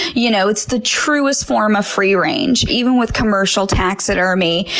you know it's the truest form of free range. even with commercial taxidermy,